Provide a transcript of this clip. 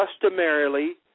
customarily